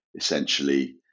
essentially